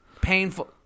painful